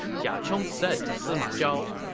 jia chong said to sima zhao,